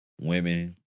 women